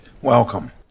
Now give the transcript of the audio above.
welcome